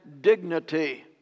dignity